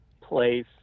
place